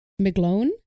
McGlone